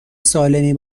سالمی